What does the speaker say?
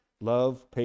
love